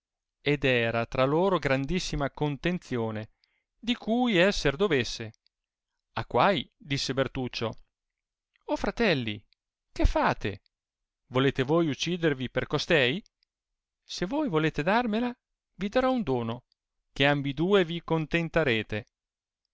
ed era tra loro grandissima contenzione di cui esser dovesse a quai disse bertuccio fratelli che fate volete voi uccidervi per costei se voi volete darmela vi darò un dono che ambiduo vi